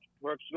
works